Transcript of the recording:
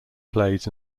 plays